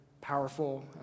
powerful